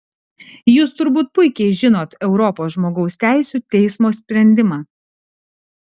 jūs turbūt puikiai žinot europos žmogaus teisių teismo sprendimą